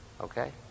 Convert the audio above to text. Okay